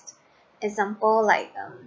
example like um